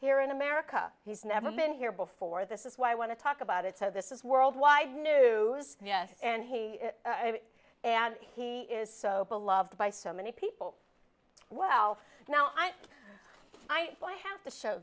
here in america he's never been here before this is what i want to talk about is how this is worldwide knew this and he and he is so beloved by so many people well now i i i have to show